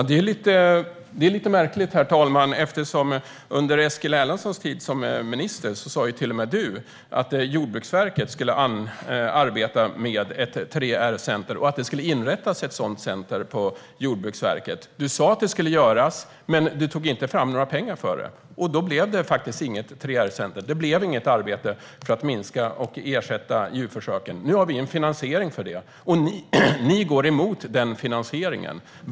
Herr talman! Det är lite märkligt eftersom till och med Eskil Erlandsson under sin tid som jordbruksminister sa att Jordbruksverket skulle arbeta med ett 3R-center och att ett sådant skulle inrättas på Jordbruksverket. Du sa att det skulle göras, men du tog inte fram några pengar för det. Då blev det faktiskt inget 3R-center. Det blev inget arbete för att minska och ersätta djurförsöken. Nu har vi en finansiering för det, och ni går emot den finansieringen.